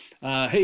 hey